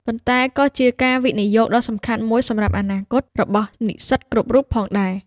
ប៉ុន្តែក៏ជាការវិនិយោគដ៏សំខាន់មួយសម្រាប់អនាគតរបស់និស្សិតគ្រប់រូបផងដែរ។